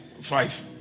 Five